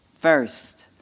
First